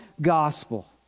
gospel